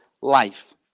life